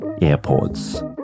airports